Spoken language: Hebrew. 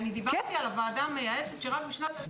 אני דיברתי על הוועדה המייעצת שרק בשנת 2008 נפגשה.